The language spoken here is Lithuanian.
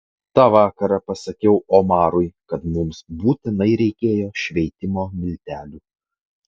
tą vakarą pasakiau omarui kad mums būtinai reikėjo šveitimo miltelių